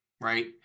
right